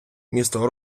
місто